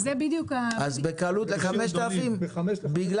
הבעיה היא של